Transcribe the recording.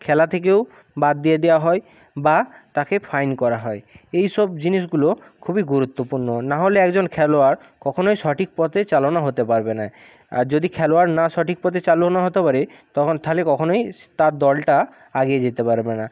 খেলা থেকেও বাদ দিয়ে দেওয়া হয় বা তাকে ফাইন করা হয় এইসব জিনিসগুলো খুবই গুরুত্বপূর্ণ নাহলে একজন খেলোয়াড় কখনোই সঠিক পথে চালনা হতে পারবে না আর যদি খেলোয়াড় না সঠিক পথে চালনা হতে পারে তখন তাহলে কখনই সে তার দলটা এগিয়ে যেতে পারবে না